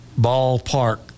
ballpark